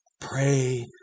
Pray